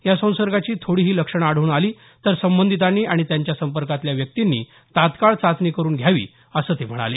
या संसर्गाची थोडीही लक्षणं आढळून आली तर संबंधितांनी आणि त्यांच्या संपर्कातल्या व्यक्तिंनी तात्काळ चाचणी करुन घ्यावी असं ते म्हणाले